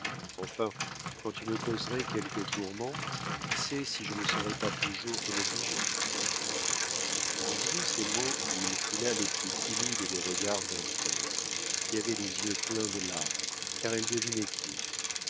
enfin quand tu me causerais quelques tourments qui sait si je ne serais pas toujours ton obligé en disant ces mots il coula le plus timide des regards vers ève qui avait les yeux pleins de larmes car elle devinait tout